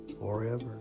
forever